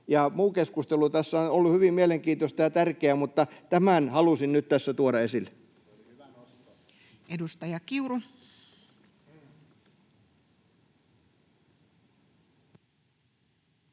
Muu keskustelu tässä on ollut hyvin mielenkiintoista ja tärkeää, mutta tämän halusin nyt tässä tuoda esille. [Kim Berg: Se oli